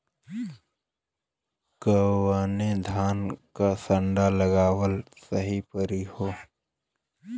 कवने धान क संन्डा लगावल सही परी हो?